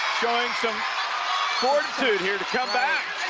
showing some fortitude here to come back.